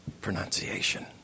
pronunciation